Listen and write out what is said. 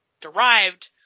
derived